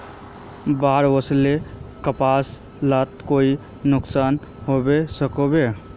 बाढ़ वस्ले से कपास लात कोई नुकसान होबे सकोहो होबे?